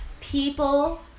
people